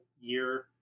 year